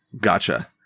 Gotcha